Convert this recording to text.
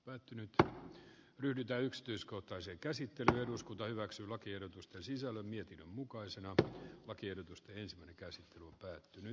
pettynyt aho ryhdytä yksityiskohtaisen käsittelyn eduskunta hyväksyy lakiehdotusten sisällön mutta nämä ovat hyödyllisiä keskusteluja totta kai